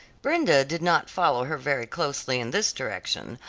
brenda did not follow her very closely in this direction,